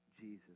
Jesus